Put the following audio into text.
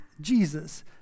Jesus